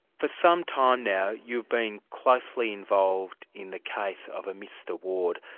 for some time now you've been closely involved in the case of a mr ward.